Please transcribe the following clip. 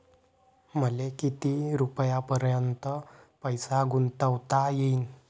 मले किती रुपयापर्यंत पैसा गुंतवता येईन?